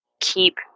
keep